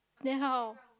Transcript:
then how